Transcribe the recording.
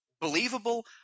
believable